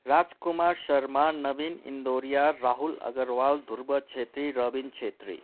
Raj Kumar Sharma Navin Indoria Rahul Agarwal Dhruv Chhetri Rabin Chhetri